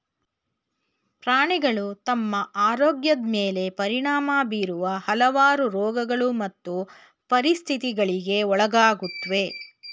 ಪ್ರಾಣಿಗಳು ತಮ್ಮ ಆರೋಗ್ಯದ್ ಮೇಲೆ ಪರಿಣಾಮ ಬೀರುವ ಹಲವಾರು ರೋಗಗಳು ಮತ್ತು ಪರಿಸ್ಥಿತಿಗಳಿಗೆ ಒಳಗಾಗುತ್ವೆ